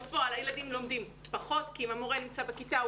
בפועל הילדים לומדים פחות כי אם המורה נמצא בכיתה,